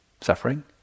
suffering